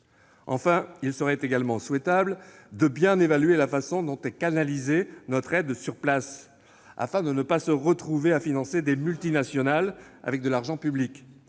Enfin, il serait également souhaitable de bien évaluer la façon dont est canalisée notre aide sur place, afin que ne soient pas financées des multinationales avec de l'argent public.